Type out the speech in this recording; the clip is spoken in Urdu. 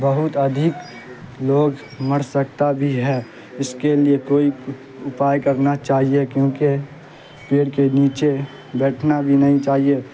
بہت ادھک لوگ مر سکتا بھی ہے اس کے لیے کوئی اپائے کرنا چاہیے کیونکہ پیڑ کے نیچے بیٹھنا بھی نہیں چاہیے